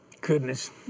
goodness